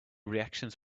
reactions